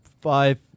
Five